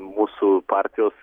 mūsų partijos